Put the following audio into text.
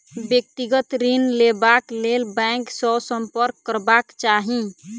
व्यक्तिगत ऋण लेबाक लेल बैंक सॅ सम्पर्क करबाक चाही